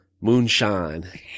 moonshine